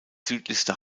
südlichste